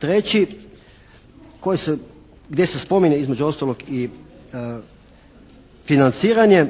3. koji se, gdje se spominje između ostalog i financiranje,